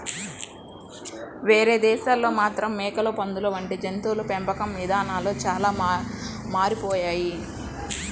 వేరే దేశాల్లో మాత్రం మేకలు, పందులు వంటి జంతువుల పెంపకం ఇదానాలు చానా మారిపోయాయి